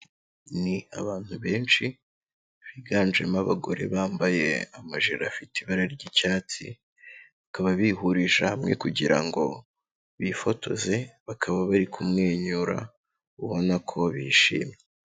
Ni abantu benshi biganjemo abagore bambaye amajiri afite ibara ry'icyatsi, bakaba bihurije hamwe kugira ngo bifotoze, bakaba bari kumwenyura ubona ko bishimye.